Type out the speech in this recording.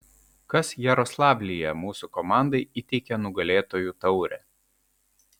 kas jaroslavlyje mūsų komandai įteikė nugalėtojų taurę